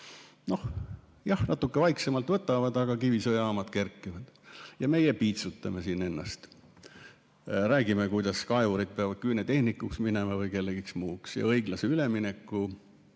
siis jah, natuke vaiksemalt nad võtavad, aga kivisöejaamad kerkivad. Kuid meie piitsutame siin ennast ja räägime, kuidas kaevurid peavad küünetehnikuks hakkama või kellekski muuks ja et õiglase ülemineku